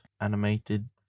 Animated